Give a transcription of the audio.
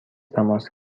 تماس